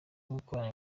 gukorana